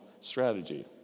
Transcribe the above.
strategy